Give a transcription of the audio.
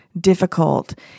difficult